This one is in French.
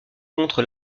contre